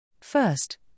First